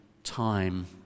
time